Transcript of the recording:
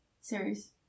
series